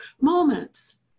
moments